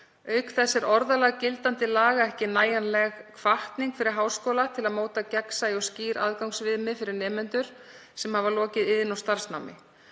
Auk þess er orðalag gildandi laga ekki nægjanleg hvatning fyrir háskóla til að móta gegnsæ og skýr aðgangsviðmið fyrir nemendur sem hafa lokið iðn- og starfsnámi.